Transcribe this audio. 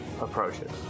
approaches